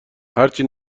هرچی